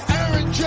Aaron